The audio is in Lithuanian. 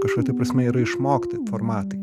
kažkokia tai prasme yra išmokti formatai